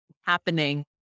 happening